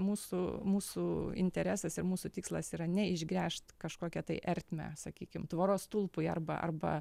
mūsų mūsų interesas ir mūsų tikslas yra ne išgręžt kažkokią tai ertmę sakykim tvoros stulpui arba arba